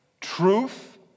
truth